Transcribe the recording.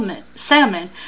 salmon